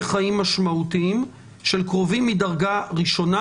חיים משמעותיים של קרובים מדרגה ראשונה,